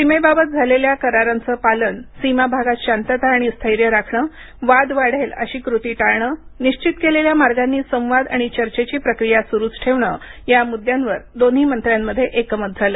सीमेबाबत झालेल्या करारांचं पालन सीमाभागात शांतता आणि स्थैर्य राखणं वाद वाढेल अशी कृती टाळणं निश्चित केलेल्या मार्गांनी संवाद आणि चर्चेची प्रक्रिया सुरूच ठेवणं या मुद्द्यांवर दोन्ही मंत्र्यांमध्ये एकमत झालं